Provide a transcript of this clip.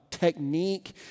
technique